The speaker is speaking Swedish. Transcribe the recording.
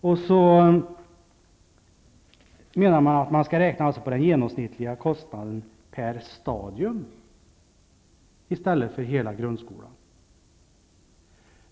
Uppfattningen är att man skall räkna på den genomsnittliga kostnaden per stadium, inte för hela grundskolan.